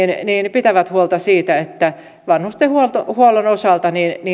pitävät huolta siitä että vanhustenhuollon osalta